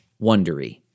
wondery